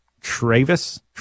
travis